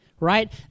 right